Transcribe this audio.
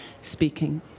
speaking